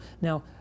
now